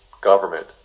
government